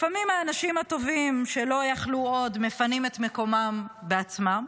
לפעמים האנשים הטובים שלא יכלו עוד מפנים את מקומם בעצמם.